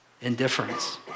indifference